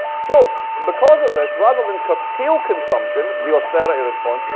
so because of this, rather than curtail consumption, the austerity response,